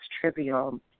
trivial